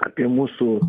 apie mūsų